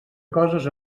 coses